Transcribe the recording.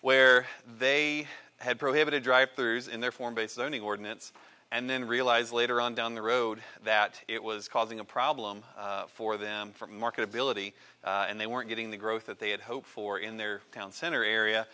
where they had prohibited drive through in their form based only ordinance and then realized later on down the road that it was causing a problem for them for marketability and they weren't getting the growth that they had hoped for in their town center area